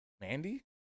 Mandy